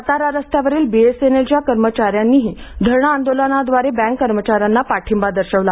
सातारा रस्त्यावरील बीएसएनएलच्या कर्मचाऱ्यांनीही धरणं आंदोलनाद्वारे बँक कर्मचाऱ्यांना पाठिंबा दर्शवला